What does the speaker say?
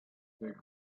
big